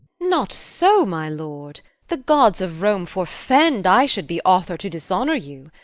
not so, my lord the gods of rome forfend i should be author to dishonour you!